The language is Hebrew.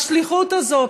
השליחות הזאת,